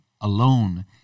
alone